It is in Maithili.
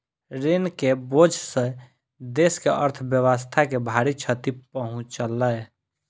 ऋण के बोझ सॅ देस के अर्थव्यवस्था के भारी क्षति पहुँचलै